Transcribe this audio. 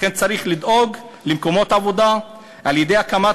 לכן צריך לדאוג למקומות עבודה על-ידי הקמת